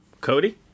Cody